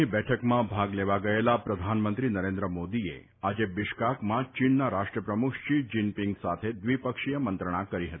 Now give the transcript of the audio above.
ની બેઠકમાં ભાગ લેવા ગયેલા પ્રધાનમંત્રી નરેન્દ્ર મોદી એ આજે બિશ્કાકમાં ચીનના રાષ્ટ્ર પ્રમુખ શી જીનપીંગ સાથે દ્વિપક્ષીય મંત્રણા કરી હતી